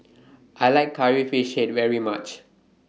I like Curry Fish Head very much